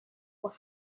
were